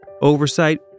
oversight